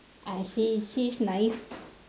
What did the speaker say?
I say she is naive